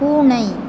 பூனை